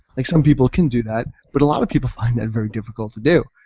like some people can do that but a lot of people find that very difficult to do.